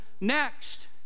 next